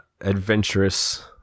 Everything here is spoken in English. adventurous